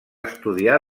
estudiar